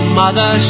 mother